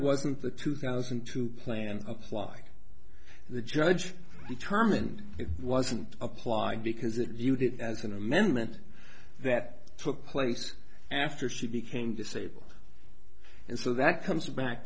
wasn't the two thousand to play and apply the judge determined it wasn't applied because it viewed it as an amendment that took place after she became disabled and so that comes back